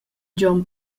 gion